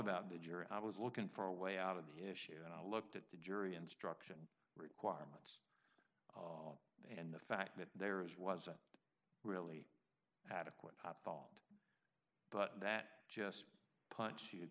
about the juror i was looking for a way out of the issue and i looked at the jury instruction requirements and the fact that there is wasn't really adequate fault but that just punch